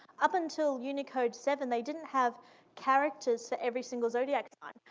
up until unicode seven, they didn't have characters for every single zodiac um